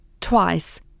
Twice